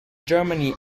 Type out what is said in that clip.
germany